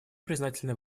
признательны